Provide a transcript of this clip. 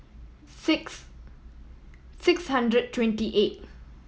six six hundred twenty eight